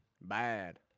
Bad